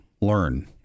learn